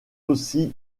aussi